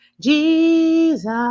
Jesus